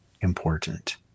important